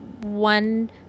one